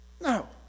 No